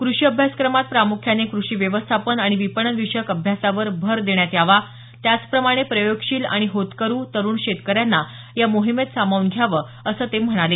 कृषी अभ्यासक्रमात प्रामुख्याने कृषी व्यवस्थापन आणि विपणन विषयक अभ्यासावर भर देण्यात यावा त्याचप्रमाणे प्रयोगशील आणि होतकरू तरुण शेतकऱ्यांना या मोहिमेत सामावून घ्यावं असं ते म्हणाले